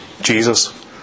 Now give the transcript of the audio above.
Jesus